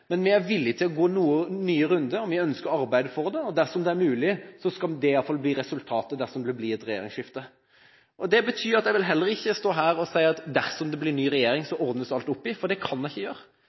Men vi er villige til å gå noen nye runder, og vi ønsker å arbeide for det, og dersom det er mulig, skal iallfall det bli resultatet om det blir et regjeringsskifte. Det betyr at jeg heller ikke vil stå her og si at dersom det blir ny regjering, så ordnes alt opp i, for det kan jeg ikke gjøre.